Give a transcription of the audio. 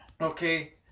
okay